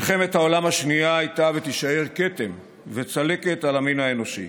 מלחמת העולם השנייה הייתה ותישאר כתם וצלקת על המין האנושי.